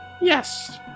Yes